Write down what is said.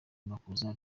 makuza